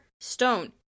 Stone